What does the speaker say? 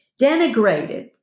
denigrated